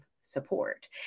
support